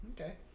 Okay